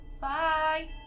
bye